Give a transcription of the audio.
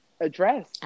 address